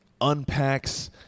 unpacks